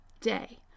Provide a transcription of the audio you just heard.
day